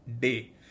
day